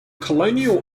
colonial